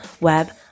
web